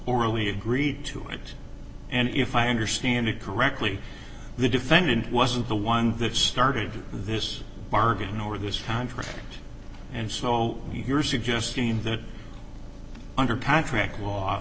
orally agreed to it and if i understand it correctly the defendant wasn't the one that started this bargain or this contract and so you're suggesting that under contract law